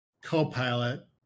co-pilot